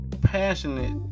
passionate